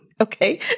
Okay